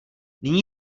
nyní